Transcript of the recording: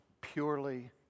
purely